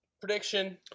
Prediction